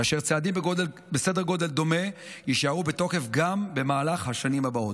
וצעדים בגודל בסדר גודל דומה יישארו בתוקף גם במהלך השנים הבאות.